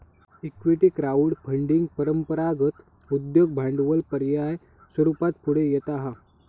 equity crowd funding परंपरागत उद्योग भांडवल पर्याय स्वरूपात पुढे येता हा